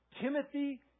Timothy